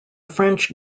french